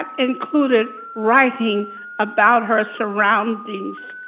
ah included writing about her surroundings.